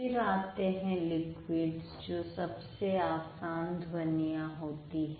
फिर आते हैं लिक्विड्स जो सबसे आसान ध्वनियां होती हैं